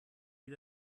wie